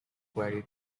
credit